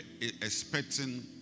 expecting